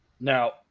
Now